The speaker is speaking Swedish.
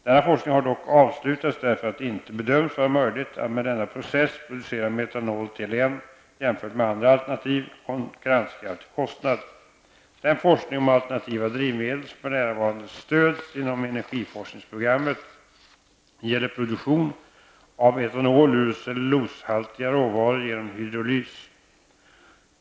Denna forskning har dock avslutats därför att det inte bedömdes vara möjligt att med denna process producera metanol till en, jämfört med andra alternativ, konkurrenskraftig kostnad. Den forskning om alternativa drivmedel som f.n. stöds inom energiforskningsprogrammet gäller produktion av etanol ur cellulosahaltiga råvaror genom hydrolys.